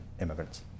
immigrants